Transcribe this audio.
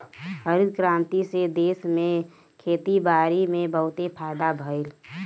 हरित क्रांति से देश में खेती बारी में बहुते फायदा भइल